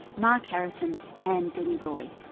mark harrison and denny roy.